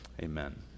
Amen